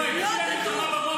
לא תדעו.